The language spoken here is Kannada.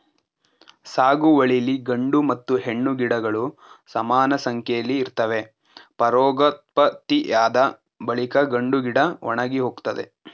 ಸಾಗುವಳಿಲಿ ಗಂಡು ಮತ್ತು ಹೆಣ್ಣು ಗಿಡಗಳು ಸಮಾನಸಂಖ್ಯೆಲಿ ಇರ್ತವೆ ಪರಾಗೋತ್ಪತ್ತಿಯಾದ ಬಳಿಕ ಗಂಡುಗಿಡ ಒಣಗಿಹೋಗ್ತದೆ